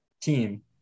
team